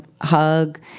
hug